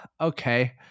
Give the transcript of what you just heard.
okay